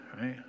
right